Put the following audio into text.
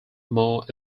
more